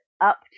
up